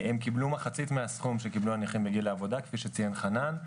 הם קיבלו מחצית מהסכום שקיבלו הנכים בגיל העבודה כפי שציין חנן.